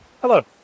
Hello